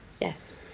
Yes